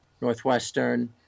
Northwestern